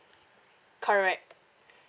correct